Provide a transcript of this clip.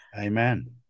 Amen